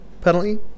Penalty